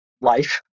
life